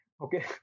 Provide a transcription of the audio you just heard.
okay